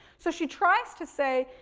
so, she tries to say,